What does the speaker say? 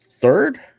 third